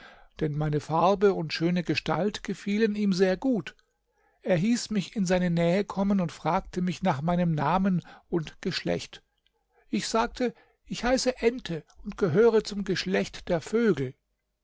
denn meine farbe und schöne gestalt gefielen ihm sehr gut er hieß mich in seine nähe kommen und fragte mich nach meinem namen und geschlecht ich sagte ich heiße ente und gehöre zum geschlecht der vögel